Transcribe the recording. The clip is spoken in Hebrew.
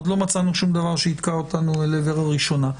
עוד לא מצאנו שום דבר שיתקע אותנו לעבר הראשונה.